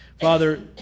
Father